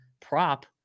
prop